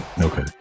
Okay